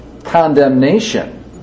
condemnation